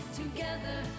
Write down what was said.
together